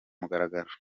mugaragaro